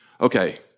Okay